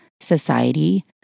society